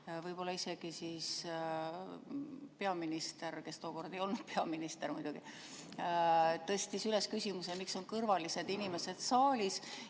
võib-olla isegi peaminister, kes tookord ei olnud muidugi peaminister, tõstis üles küsimuse, miks on kõrvalised inimesed saalis.